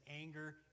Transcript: anger